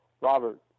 Robert